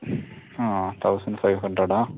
ആ thousand five ഹണ്ട്രഡാണ്